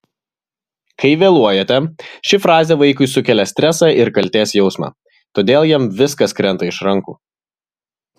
kai vėluojate ši frazė vaikui sukelia stresą ir kaltės jausmą todėl jam viskas krenta iš rankų